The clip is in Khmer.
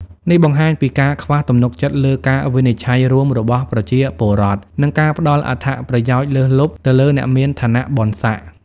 នេះបង្ហាញពីការខ្វះទំនុកចិត្តលើការវិនិច្ឆ័យរួមរបស់ប្រជាពលរដ្ឋ និងការផ្តល់អត្ថប្រយោជន៍លើសលប់ទៅលើអ្នកមានឋានៈបុណ្យសក្តិ។